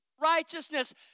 righteousness